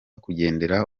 kugenderera